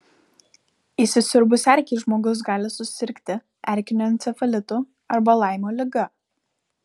įsisiurbus erkei žmogus gali susirgti erkiniu encefalitu arba laimo liga